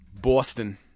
Boston